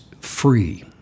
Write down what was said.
free